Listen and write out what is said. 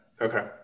okay